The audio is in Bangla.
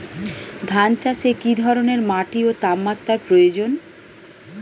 ধান চাষে কী ধরনের মাটি ও তাপমাত্রার প্রয়োজন?